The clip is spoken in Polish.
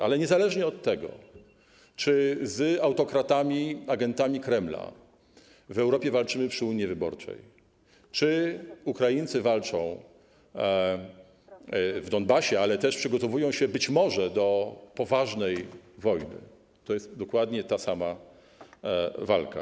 Ale niezależnie od tego, czy z autokratami, agentami Kremla w Europie walczymy przy urnie wyborczej czy Ukraińcy walczą w Donbasie, ale też przygotowują się być może do poważnej wojny, to jest dokładnie ta sama walka.